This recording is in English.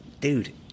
dude